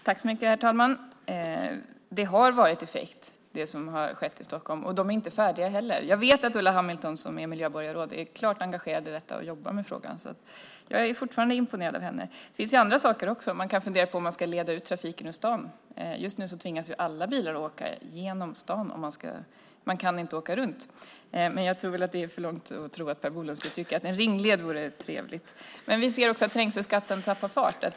Herr talman! Det som har skett i Stockholm har haft effekt. Man är inte färdig heller. Jag vet att Ulla Hamilton som är miljöborgarråd är klart engagerad i detta och jobbar med frågan. Jag är fortfarande imponerad av henne. Det finns andra saker också. Man kan fundera på om man ska leda ut trafiken ur stan. Just nu tvingas alla bilar åka genom stan. Man kan inte åka runt. Men jag tror att det är att gå för långt att tro att Per Bolund skulle tycka att en ringled vore trevligt. Men vi ser också att trängselskatten så att säga tappar fart.